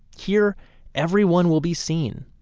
here everyone will be seen.